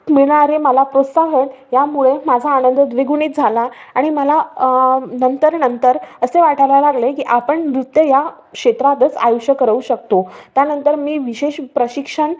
मिळणारे मला प्रोत्साहन यामुळे माझा आनंद द्विगुणित झाला आणि मला नंतर नंतर असे वाटायला लागले की आपण नृत्य या क्षेत्रातच आयुष्य करू शकतो त्यानंतर मी विशेष प्रशिक्षण